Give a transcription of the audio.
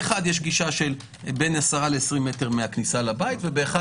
באחד יש גישה של בין 10 ל-20 מ' מהכניסה לבית ובאחד